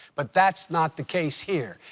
but that's not the case here.